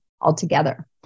altogether